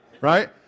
Right